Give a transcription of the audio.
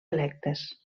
electes